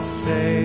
say